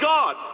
God